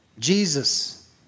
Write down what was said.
Jesus